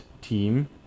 team